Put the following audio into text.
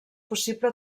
possible